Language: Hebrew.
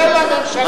אצל הממשלה.